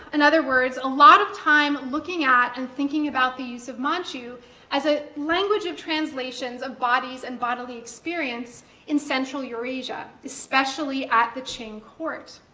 in other words, a lot of time looking at and thinking about the use of manchu as a language of translations of bodies and bodily experience in central eurasia, especially at the qing court.